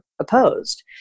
opposed